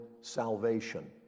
salvation